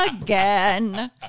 again